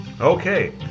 Okay